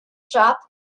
shop